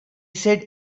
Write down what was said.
said